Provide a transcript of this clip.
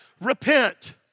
repent